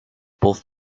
both